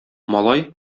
малай